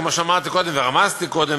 כמו שאמרתי קודם ורמזתי קודם,